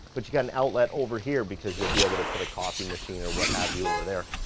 but you've got an outlet over here because you'll be able to put a coffee machine or what have you over there.